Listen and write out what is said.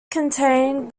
contained